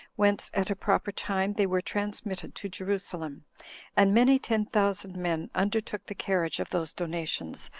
whence, at a proper time, they were transmitted to jerusalem and many ten thousand men undertook the carriage of those donations,